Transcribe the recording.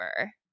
over